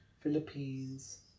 Philippines